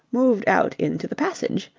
moved out into the passage,